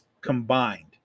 combined